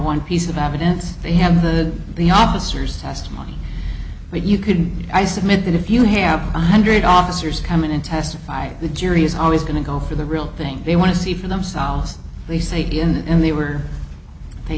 one piece of evidence they have the the officers testimony but you couldn't i submit that if you have one hundred officers come in and testify the jury is always going to go for the real thing they want to see for themselves they say and they were they